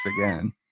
again